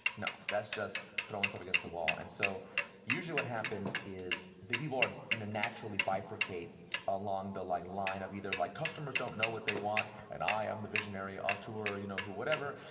no, that's just throwing stuff against the wall. and so usually what happens is the people are, they naturally bifurcate along the like line of either, like customers don't know what they want, and i am the visionary auteur, you know, who whatever,